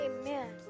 Amen